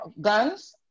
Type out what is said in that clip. guns